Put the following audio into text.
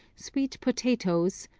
sweet potatoes,